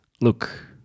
Look